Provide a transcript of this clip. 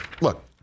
look